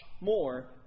more